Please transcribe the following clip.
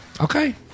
Okay